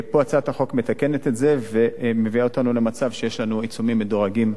פה הצעת החוק מתקנת את זה ומביאה אותנו למצב שיש לנו עיצומים מדורגים,